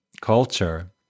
culture